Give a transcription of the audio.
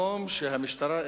המשטרה,